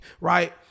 right